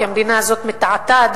כי המדינה הזאת מתעתעת,